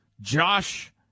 Josh